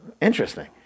interesting